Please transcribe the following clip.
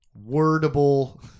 wordable